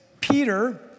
Peter